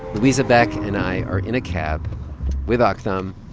luisa beck and i are in a cab with um aktham,